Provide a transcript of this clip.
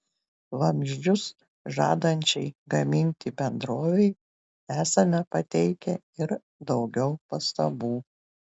vamzdžius žadančiai gaminti bendrovei esame pateikę ir daugiau pastabų